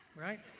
right